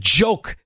joke